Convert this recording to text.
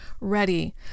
ready